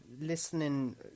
listening